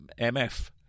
MF